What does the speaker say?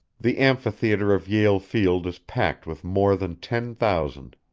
the amphitheatre of yale field is packed with more than ten thousand.